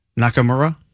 Nakamura